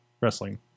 wrestling